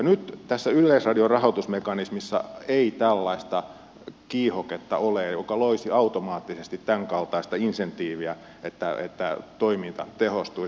nyt tässä yleisradion rahoitusmekanismissa ei ole tällaista kiihoketta joka loisi automaattisesti tämänkaltaista insentiiviä että toiminta tehostuisi